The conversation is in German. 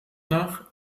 nach